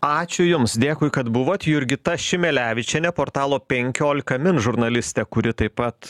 ačiū jums dėkui kad buvot jurgita šimelevičienė portalo penkiolika min žurnalistė kuri taip pat